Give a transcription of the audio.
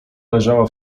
leżała